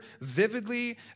vividly